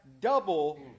double